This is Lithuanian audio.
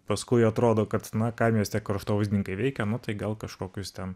paskui atrodo kad na kam jis kraštovaizdininkai veikia nu tai gal kažkokius ten